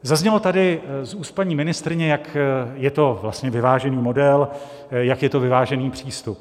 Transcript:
Zaznělo tady z úst paní ministryně, jak je to vlastně vyvážený model, jak je to vyvážený přístup.